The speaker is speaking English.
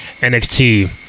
NXT